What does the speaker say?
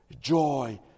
Joy